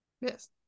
Yes